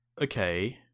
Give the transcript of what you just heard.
okay